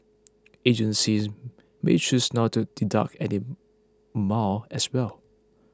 agencies may choose not to deduct any amount as well